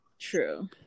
True